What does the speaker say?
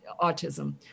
autism